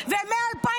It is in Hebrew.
שלי.